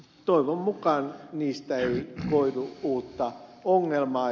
toivon mukaan tästä ei koidu uutta ongelmaa